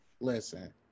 listen